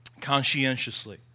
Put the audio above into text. conscientiously